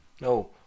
No